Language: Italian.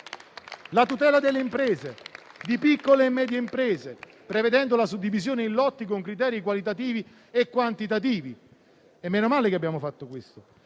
tutela delle imprese, delle piccole e medie imprese, prevedendo la suddivisione in lotti con criteri qualitativi e quantitativi, e meno male che lo abbiamo fatto.